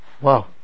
Wow